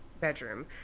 bedroom